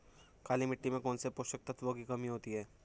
काली मिट्टी में कौनसे पोषक तत्वों की कमी होती है?